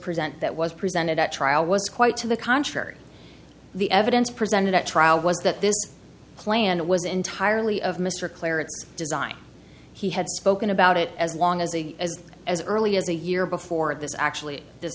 present that was presented at trial was quite to the contrary the evidence presented at trial was that this plan was entirely of mr claridge design he had spoken about it as long as a as early as a year before this actually